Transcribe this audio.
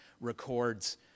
records